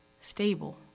stable